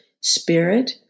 spirit